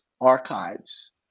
archives